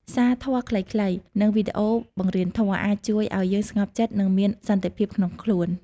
សារធម៌ខ្លីៗ និងវីដេអូបង្រៀនធម៌ អាចជួយឱ្យយើងស្ងប់ចិត្ត និងមានសន្តិភាពក្នុងខ្លួន។